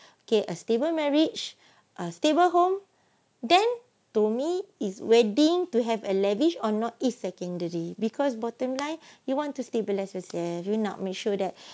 okay a stable marriage a stable home then to me is wedding to have a lavish or not is secondary because bottom line you want to stable yourself you nak make sure that